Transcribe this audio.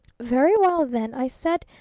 very well, then i said,